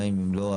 גם אם לא,